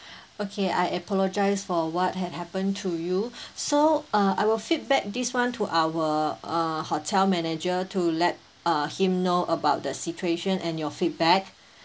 okay I apologise for what had happened to you so uh I will feedback this one to our uh hotel manager to let uh him know about the situation and your feedback